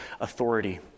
authority